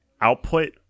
output